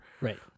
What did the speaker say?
Right